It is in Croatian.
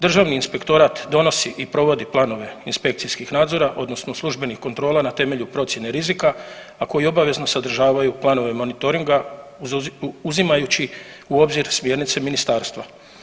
Državni inspektorat donosi i provodi planove inspekcijskih nadzora odnosno službenih kontrola na temelju procjene rizika, a koji obavezno sadržavaju planove monitoringa uzimajući u obzir smjernice ministarstva.